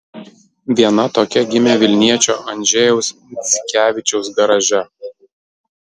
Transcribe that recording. viena tokia gimė vilniečio andžejaus dzikevičiaus garaže